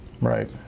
Right